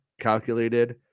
calculated